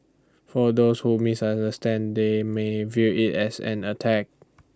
for those who misunderstand they may view IT as an attack